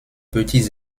petits